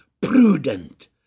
prudent